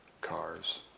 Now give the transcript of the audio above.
cars